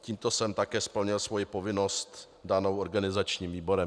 Tímto jsem také splnil svoji povinnost danou organizačním výborem.